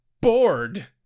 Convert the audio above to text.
bored